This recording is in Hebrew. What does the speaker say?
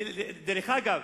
דרך אגב,